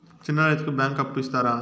చిన్న రైతుకు బ్యాంకు అప్పు ఇస్తారా?